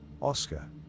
Oscar